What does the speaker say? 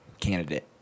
candidate